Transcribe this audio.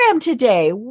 today